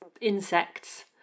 insects